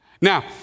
Now